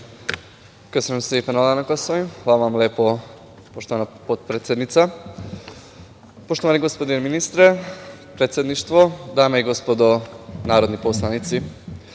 Hvala vam lepo, poštovana potpredsednice. Poštovani gospodine ministre, predsedništvo, dame i gospodo narodni poslanici,